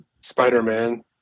Spider-Man